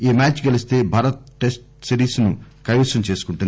ఈ మ్యాచ్ గెలిస్తే Bharat test series ను కైవసం చేసుకుంటుంది